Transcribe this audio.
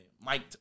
Mike